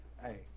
hey